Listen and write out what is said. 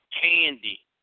candy